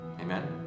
Amen